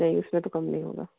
नहीं उसमें तो कम नहीं होगा